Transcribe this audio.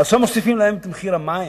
עכשיו מוסיפים להם את מחיר המים?